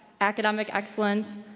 academic excellence,